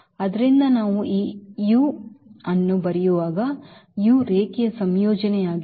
ಆದ್ದರಿಂದ ನಾವು ಈ ಅನ್ನು ಬರೆಯುವಾಗ ರೇಖೀಯ ಸಂಯೋಜನೆಯಾಗಿದೆ